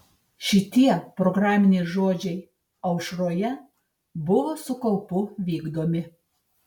šitie programiniai žodžiai aušroje buvo su kaupu vykdomi